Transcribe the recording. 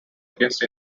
against